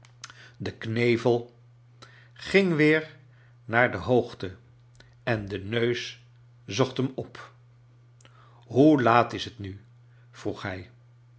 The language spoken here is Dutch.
de knevel ging weer naar de hoogtfi en de aeus zocht hem op hoe laat is het mi vroeg hij